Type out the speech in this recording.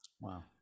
Wow